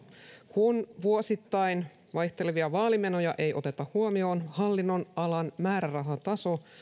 kun vuosittain vaihtelevia vaalimenoja ei oteta huomioon hallinnonalan määrärahataso